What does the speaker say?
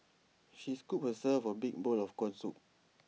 she scooped herself A big bowl of Corn Soup